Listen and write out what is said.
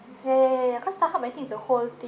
ya ya ya ya cause Starhub I think is the whole thing